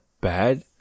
bad